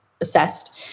assessed